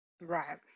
Right